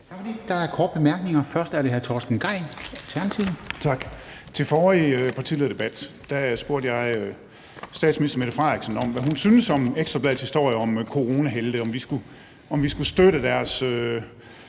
ønsker om korte bemærkninger. Først er det hr. Torsten Gejl,